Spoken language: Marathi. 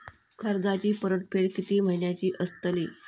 कर्जाची परतफेड कीती महिन्याची असतली?